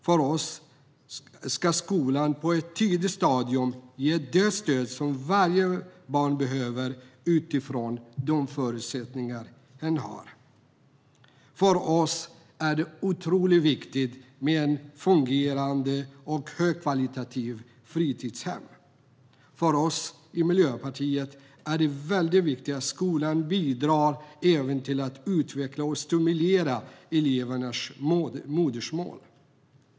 För oss ska skolan på ett tidigt stadium ge det stöd varje barn behöver utifrån de förutsättningar hen har. För oss är det otroligt viktigt med ett fungerande och högkvalitativt fritidshem. För oss i Miljöpartiet är det väldigt viktigt att skolan bidrar även till att utveckla och stimulera elevernas modersmål.